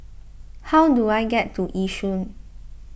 how do I get to Yishun